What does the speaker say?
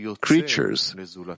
creatures